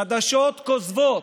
חדשות כוזבות,